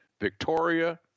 Victoria